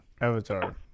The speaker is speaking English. Avatar